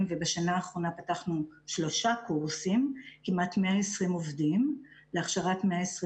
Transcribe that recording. ובשנה האחרונה פתחנו שלושה קורסים להכשרת כמעט 120 עובדים,